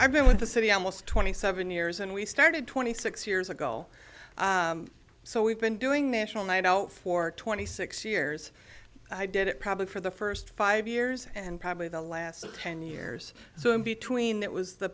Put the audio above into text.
i've been with the city almost twenty seven years and we started twenty six years ago so we've been doing the actual night out for twenty six years i did it probably for the first five years and probably the last ten years or so in between that was the